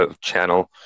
channel